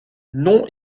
non